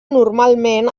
normalment